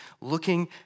looking